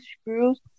screws